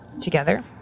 Together